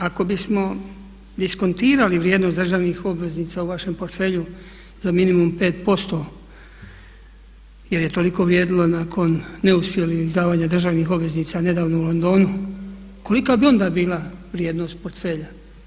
Ako bismo diskontirali vrijednost državnih obveznica u vašem portfelju za minimum 5% jer je toliko vrijedilo nakon neuspjelih izdavanja državnih obveznica nedavno u Londonu kolika bi onda bila vrijednost portfelja?